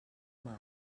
mar